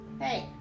Hey